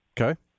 Okay